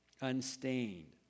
unstained